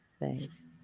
Thanks